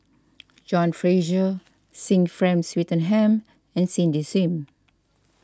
John Fraser Sir Frank Swettenham and Cindy Sim